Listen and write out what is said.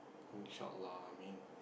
lah I mean